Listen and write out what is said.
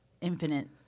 infinite